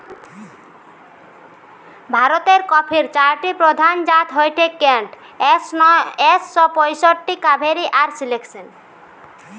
ভারতের কফির চারটি প্রধান জাত হয়ঠে কেন্ট, এস নয় শ পয়ষট্টি, কাভেরি আর সিলেকশন